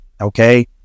okay